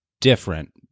different